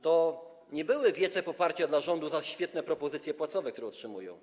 To nie były wiece poparcia dla rządu za świetne propozycje płacowe, które otrzymują.